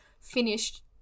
finished